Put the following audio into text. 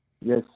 Yes